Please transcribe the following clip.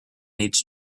needs